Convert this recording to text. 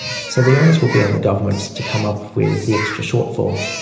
so the onus will be on the governments to come up with the extra shortfall.